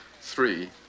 three